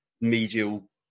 medial